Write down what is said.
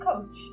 Coach